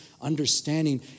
understanding